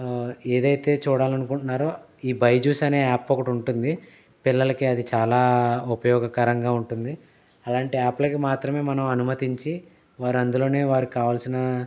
ఏదైతే చూడాలనుకుంటున్నారో ఈ బైజుస్ అనే యాప్ ఒకటి ఉంటుంది పిల్లలకే అది చాలా ఉపయోగకరంగా ఉంటుంది అలాంటి యాప్ లోకి మాత్రమే మనం అనుమతించి వారు అందులోనే వారికి కావాల్సిన